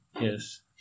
Yes